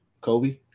Kobe